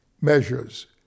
measures